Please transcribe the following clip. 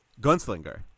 Gunslinger